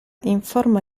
informa